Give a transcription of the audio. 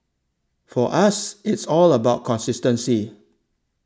for us it's all about consistency